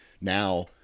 Now